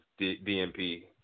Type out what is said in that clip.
DMP